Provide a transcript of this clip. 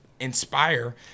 Inspire